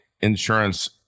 insurance